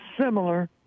similar